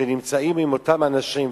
הכלים שנמצאים עם אותם אנשים,